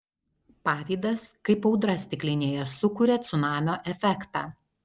pavydas kaip audra stiklinėje sukuria cunamio efektą